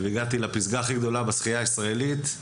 והגעתי לפסגה הכי גבוהה בשחיה הישראלית,